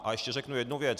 A ještě řeknu jednu věc.